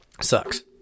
Sucks